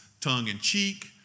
tongue-in-cheek